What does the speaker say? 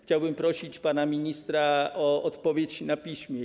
Chciałbym prosić pana ministra o odpowiedź na piśmie.